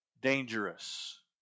dangerous